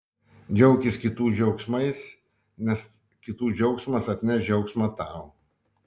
džiaukis kitų džiaugsmais nes kitų džiaugsmas atneš džiaugsmą tau